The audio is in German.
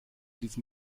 diesem